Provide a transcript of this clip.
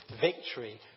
victory